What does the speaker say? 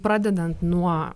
pradedant nuo